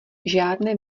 žádné